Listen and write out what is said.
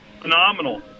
Phenomenal